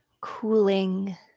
cooling